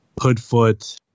Hoodfoot